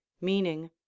meaning